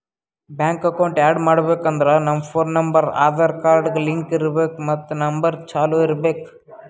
bank account add ಮಾಡ್ಬೇಕ್ ಅಂದುರ್ ನಮ್ ಫೋನ್ ನಂಬರ್ ಆಧಾರ್ ಕಾರ್ಡ್ಗ್ ಲಿಂಕ್ ಇರ್ಬೇಕ್ ಮತ್ ನಂಬರ್ ಚಾಲೂ ಇರ್ಬೇಕ್